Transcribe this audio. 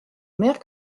mère